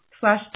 slash